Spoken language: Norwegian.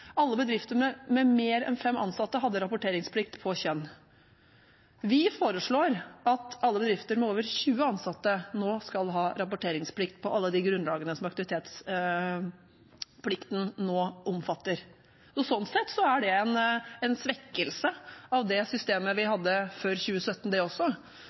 Alle bedrifter med mer enn fem ansatte hadde rapporteringsplikt for kjønn. Vi foreslår at alle bedrifter med over 20 ansatte skal ha rapporteringsplikt på alle de grunnlagene som aktivitetsplikten nå omfatter. Sånn sett er det en svekkelse av det systemet vi hadde før 2017. Det